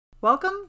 Welcome